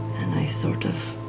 and i sort of